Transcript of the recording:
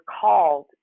called